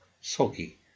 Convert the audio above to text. soggy